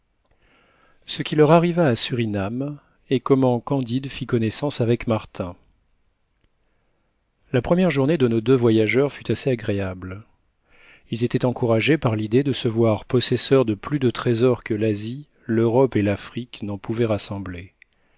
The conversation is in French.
ce qui leur arriva à surinam et comment candide fit connaissance avec martin la première journée de nos deux voyageurs fut assez agréable ils étaient encouragés par l'idée de se voir possesseurs de plus de trésors que l'asie l'europe et l'afrique n'en pouvaient rassembler